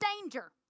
danger